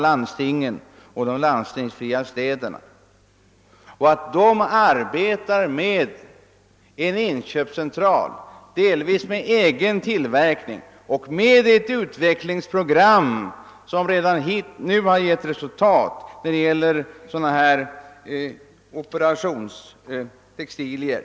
Landstingen och nämnda städer har en inköpscentral som bl.a. har viss egen tillverkning och ett utvecklingsprogram som redan nu gett resultat i fråga om operationstextilier.